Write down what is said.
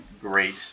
great